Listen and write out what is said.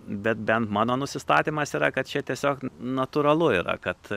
bet bent mano nusistatymas yra kad čia tiesiog natūralu yra kad